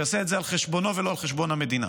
שיעשה את זה על חשבונו ולא על חשבון המדינה.